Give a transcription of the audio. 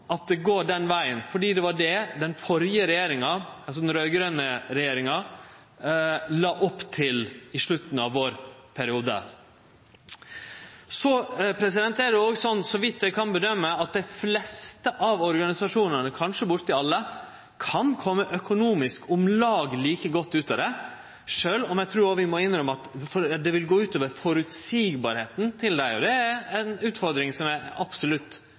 at det går den vegen, fordi det var det den førre regjeringa, den raud-grøne regjeringa, la opp til i slutten av vår periode. Så er det òg sånn, så vidt eg kan bedøme, at dei fleste av organisasjonane – kanskje bortimot alle – økonomisk kan kome om lag like godt ut av det, sjølv om eg trur vi òg må innrømme at det vil gå ut over føreseielegheita deira. Det er ei utfordring som er absolutt